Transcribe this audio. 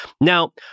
Now